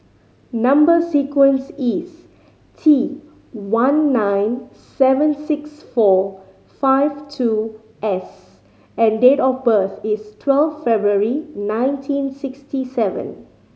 number sequence is T one nine seven six four five two S and date of birth is twelve February nineteen sixty seven